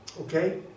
okay